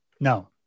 no